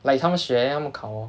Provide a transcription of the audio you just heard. like 他们学 then 他们考 lor